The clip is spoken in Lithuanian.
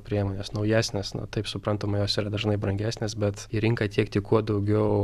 priemonės naujesnės ne taip suprantama jos yra dažnai brangesnės bet į rinką tiekti kuo daugiau